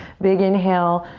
big inhale.